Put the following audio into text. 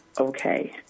okay